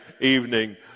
evening